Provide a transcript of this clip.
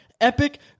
Epic